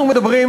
אנחנו מדברים,